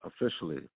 officially